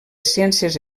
ciències